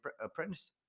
apprentice